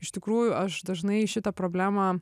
iš tikrųjų aš dažnai šitą problemą